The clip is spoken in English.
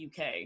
UK